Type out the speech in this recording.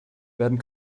werden